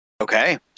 Okay